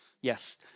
Yes